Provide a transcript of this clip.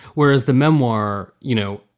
whereas the memoir, you know,